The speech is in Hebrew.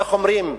איך אומרים?